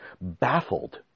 baffled